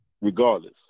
regardless